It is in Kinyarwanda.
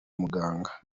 muganga